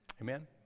Amen